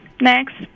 Next